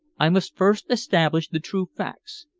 i must first establish the true facts.